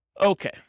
Okay